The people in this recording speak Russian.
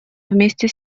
вместе